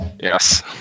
Yes